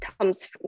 comes